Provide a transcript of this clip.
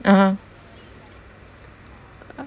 (uh huh)